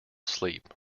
sleep